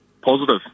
positive